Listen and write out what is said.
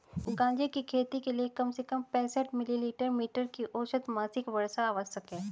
गांजे की खेती के लिए कम से कम पैंसठ मिली मीटर की औसत मासिक वर्षा आवश्यक है